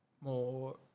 more